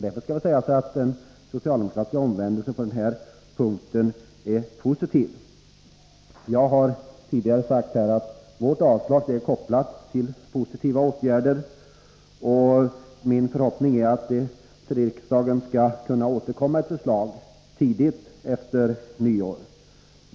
Därför skall det sägas att den socialdemokratiska omvändelsen på den här punkten är positiv. Jag har tidigare sagt att vårt yrkande om avslag är kopplat till positiva åtgärder. Min förhoppning är att det skall återkomma ett förslag till riksdagen tidigt efter nyår.